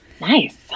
Nice